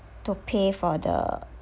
to pay for the